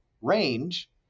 range